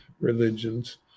religions